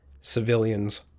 civilians